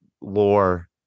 lore